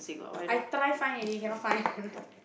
I try find already cannot find